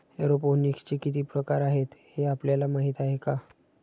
एरोपोनिक्सचे किती प्रकार आहेत, हे आपल्याला माहित आहे का?